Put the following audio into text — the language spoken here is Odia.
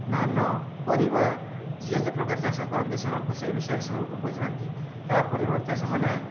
ଧାନ ପରିବା ଯିଏ ଯେ ପ୍ରକାର ଚାଷ କରନ୍ତି ସେମାନଙ୍କୁ ସେ ବିଷୟରେ ସେମାନଙ୍କୁ ବୁଝାନ୍ତି ତା ପରିବର୍ତ୍ତେ ସେମାନେ